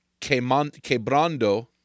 quebrando